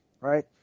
right